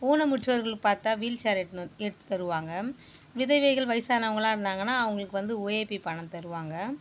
ஊனமுற்றோர்கள் பார்த்தா wheel chair எடுத்துன்னு எடுத்து தருவாங்க விதவைகள் வயிசானவங்களாம் இருந்தாங்கன்னா அவங்களுக்கு வந்து ஒஏபி பணம் தருவாங்க